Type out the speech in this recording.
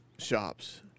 Shops